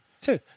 Two